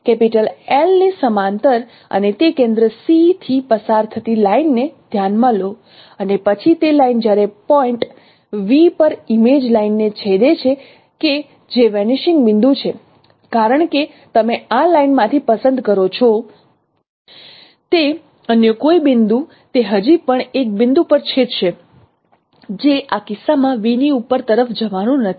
L ની સમાંતર અને તે કેન્દ્ર C થી પસાર થતી લાઈન ને ધ્યાનમાં લો અને પછી તે લાઈન જ્યારે પોઇન્ટ V પર ઈમેજ લાઈનને છેદે છે કે જે વેનીશિંગ બિંદુ છે કારણ કે તમે આ લાઈનમાંથી પસંદ કરો છો તે અન્ય કોઈ બિંદુ તે હજી પણ એક બિંદુ પર છેદેશે જે આ કિસ્સામાં V ની ઉપર તરફ જવાનું નથી